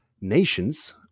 nations